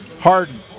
Harden